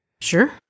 Sure